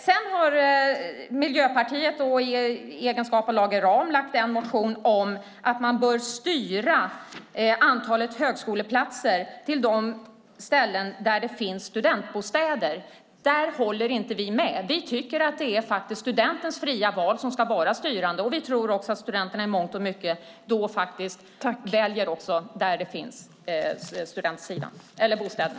Sedan har Miljöpartiet och Lage Rahm väckt en motion om att man bör styra antalet högskoleplatser till de ställen där det finns studentbostäder. Där håller vi inte med. Vi tycker att det är studentens fria val som ska vara styrande, och vi tror att studenterna i mångt och mycket också väljer att studera där det finns studentbostäder.